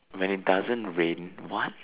when it doesn't rain what